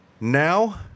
Now